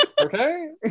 Okay